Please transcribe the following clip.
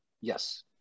Yes